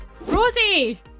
Rosie